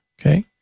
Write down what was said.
okay